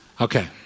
Okay